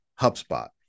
HubSpot